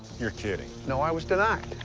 you're kidding. no, i was denied.